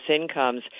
incomes